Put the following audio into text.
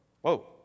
whoa